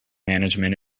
management